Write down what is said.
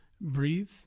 breathe